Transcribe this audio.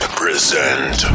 present